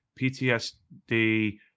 PTSD